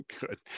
good